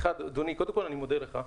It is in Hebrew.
אדוני, קודם כל, אני מודה לך.